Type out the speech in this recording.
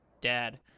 dad